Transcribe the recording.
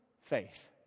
faith